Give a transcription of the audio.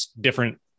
different